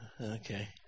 Okay